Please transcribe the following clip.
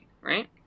right